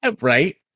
Right